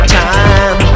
time